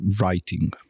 writing